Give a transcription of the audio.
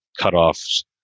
cutoffs